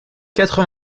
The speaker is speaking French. quatre